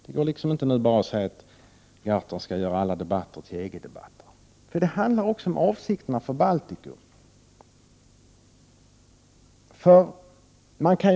Det går inte att nu bara säga att Gahrton vill göra alla debatter till EG-debatter, för det handlar också om avsikterna för Baltikum.